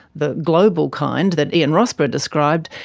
the global kind that ian rossborough described,